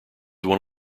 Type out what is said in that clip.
one